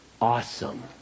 awesome